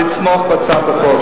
לתמוך בהצעת החוק,